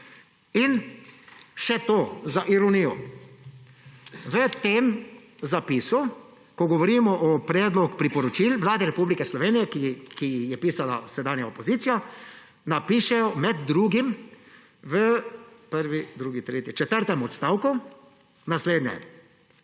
Še to za ironijo. V tem zapisu, ko govorimo o predlogu priporočil Vladi Republike Slovenije, ki ga je pisala sedanja opozicija, napišejo med drugim v četrtem odstavku naslednje